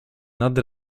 nad